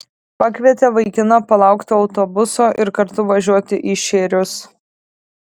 pakvietė vaikiną palaukti autobuso ir kartu važiuoti į šėrius